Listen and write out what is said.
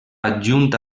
adjunt